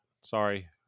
Sorry